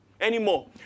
anymore